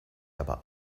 aber